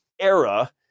era